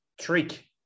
trick